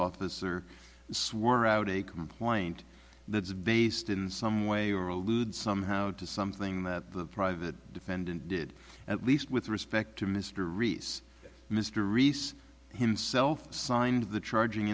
officer swore out a complaint that is based in some way or allude somehow to something that the private defendant did at least with respect to mr reese mr reese himself signed the charging